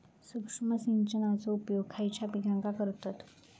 सूक्ष्म सिंचनाचो उपयोग खयच्या पिकांका करतत?